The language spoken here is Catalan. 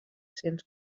cents